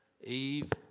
Eve